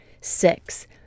six